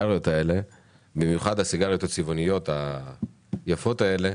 במיוחד הסיגריות הצבעוניות היפות האלה,